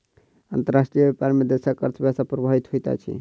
अंतर्राष्ट्रीय व्यापार में देशक अर्थव्यवस्था प्रभावित होइत अछि